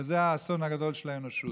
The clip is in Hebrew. וזה האסון הגדול של האנושות.